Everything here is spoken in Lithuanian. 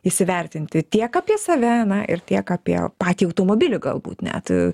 įsivertinti tiek apie save na ir tiek apie patį automobilį galbūt net